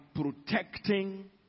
protecting